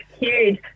huge